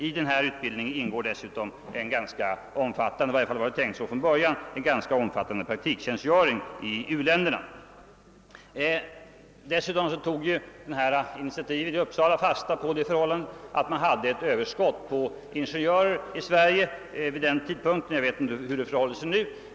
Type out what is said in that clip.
I utbildningen vid Fyrisskolan ingick dessutom en ganska omfattande praktiktjänstgöring i u-länderna. Vidare tog initiativet i Uppsala fasta på förhållandet att man hade ett överskott på ingenjörer i Sverige vid den tidpunkten; jag vet inte hur det förhåller sig nu.